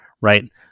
right